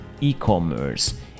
e-commerce